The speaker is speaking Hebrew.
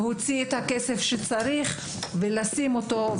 להוציא את הכסף שצריך ולשים אותו.